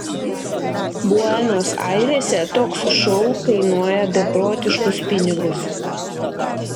buenos airėse toks šou kainuoja beprotiškus pinigus